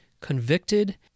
convicted